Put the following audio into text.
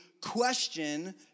question